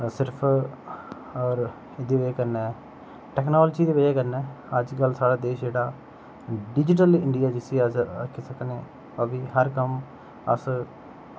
सिर्फ होर दिलै कन्नै टेक्नोलॉजी दी बजह कन्नै अज्जकल साढ़ा देश जेह्का डिजीटल इंडिया जिसी अस आक्खी सकने होर हर कम्म अस